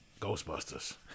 Ghostbusters